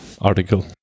article